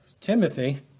Timothy